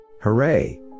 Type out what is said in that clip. Hooray